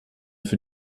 für